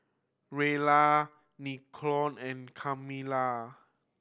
Jaylah Lincoln and Camilla